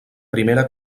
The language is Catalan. primera